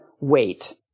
wait